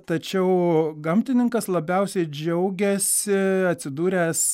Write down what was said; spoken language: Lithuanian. tačiau gamtininkas labiausiai džiaugiasi atsidūręs